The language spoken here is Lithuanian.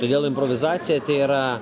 todėl improvizacija tai yra